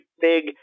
big